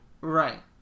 right